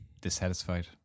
dissatisfied